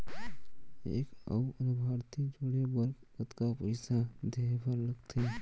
एक अऊ लाभार्थी जोड़े बर कतका पइसा देहे बर लागथे?